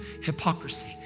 hypocrisy